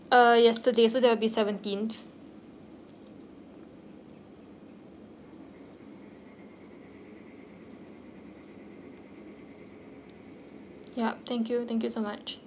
uh yesterday so that would be seventeenth yup thank you thank you so much